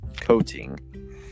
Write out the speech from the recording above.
coating